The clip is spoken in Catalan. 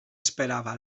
esperava